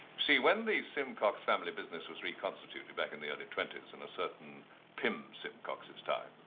see when the simcox family business was reconstituted back in the early twenties in a certain pym simcox's time,